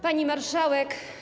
Pani Marszałek!